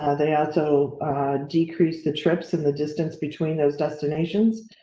ah they also decrease the trips and the distance between those destinations.